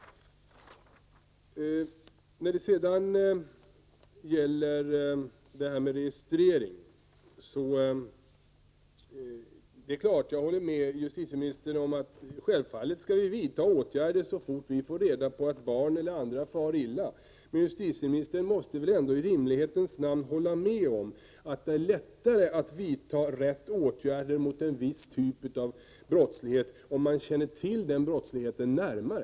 När det gäller registrering håller jag med justitieministern om att åtgärder självfallet skall vidtas så fort man får reda på att barn eller ungdomar far illa. Men justitieministern måste väl ändå i rimlighetens namn hålla med om att det är lättare att vidta riktiga åtgärder mot en viss typ av brottslighet om man känner till den brottsligheten närmare.